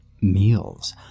meals